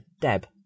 Deb